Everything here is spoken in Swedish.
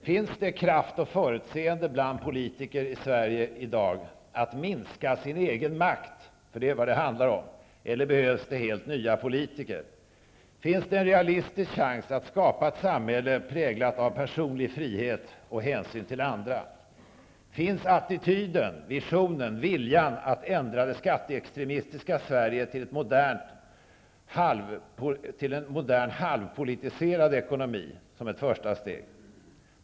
Finns det kraft och förutseende hos politiker i Sverige i dag att minska sin egen makt, för det är vad det handlar om, eller behövs det helt nya politiker? Finns det en realistisk chans att skapa ett samhälle präglat av personlig frihet och hänsyn till andra? Finns attityden, visionen och viljan att ändra det skatteextremistiska Sverige till en modern halvpolitiserad ekonomi som ett första steg?